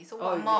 oh is it